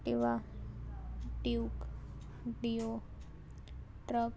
Activa duke deo truck